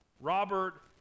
Robert